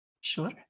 sure